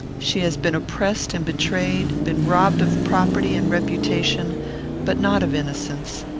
she has been oppressed and betrayed been robbed of property and reputation but not of innocence.